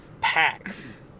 packs